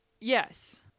Yes